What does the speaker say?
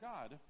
God